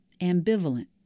ambivalent